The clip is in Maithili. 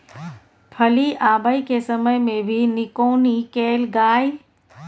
फली आबय के समय मे भी निकौनी कैल गाय?